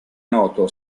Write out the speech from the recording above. noto